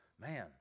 man